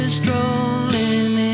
strolling